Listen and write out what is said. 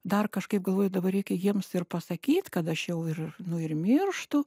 dar kažkaip galvoju dabar reikia jiems ir pasakyt kad aš jau ir nu ir mirštu